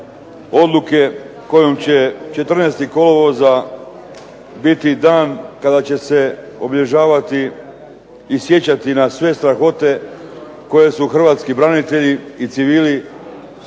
odluke kojom će 14. kolovoza biti dan kada će se obilježavati i sjećati na sve strahote koje su Hrvatski branitelji i civili doživjeli